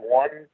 one